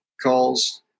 calls